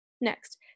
Next